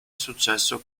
successo